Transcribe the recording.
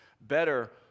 Better